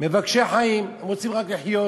מבקשי חיים, רוצים רק לחיות,